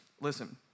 Listen